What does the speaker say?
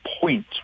point